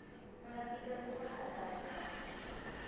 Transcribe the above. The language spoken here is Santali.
ᱚᱱᱟ ᱴᱤᱠᱟᱹ ᱜᱮᱠᱚ ᱦᱟᱛᱟᱣ ᱞᱮᱫᱟ